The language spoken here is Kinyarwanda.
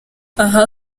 aha